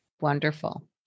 Wonderful